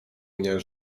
mnie